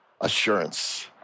assurance